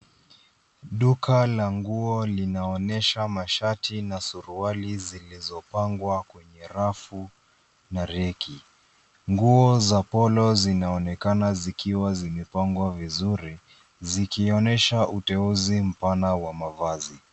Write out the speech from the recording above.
Duka la nguo linaonyesha mashati na suruali zilizopangwa kwenye rafu na reki. Nguo za Polo zinaonekana zikiwa zimepangwa vizuri zikionyesha uteuzi mpana wa mavazi.